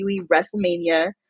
WrestleMania